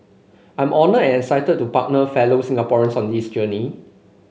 I'm honoured and excited to partner fellow Singaporeans on this journey